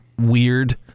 weird